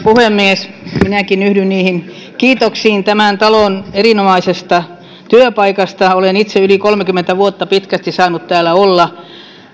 puhemies minäkin yhdyn kiitoksiin tämän talon erinomaisesta työpaikasta olen itse pitkästi yli kolmekymmentä vuotta saanut täällä olla